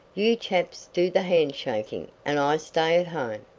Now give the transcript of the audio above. you chaps do the handshaking and i stay at home.